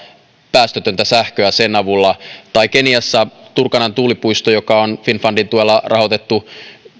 päästötöntä sähköä sen avulla keniassa turkanan tuulipuisto joka on finnfundin tuella rahoitettu